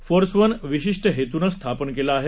force one विशिष्ट हेतूनं स्थापन केलं आहे